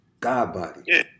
Godbody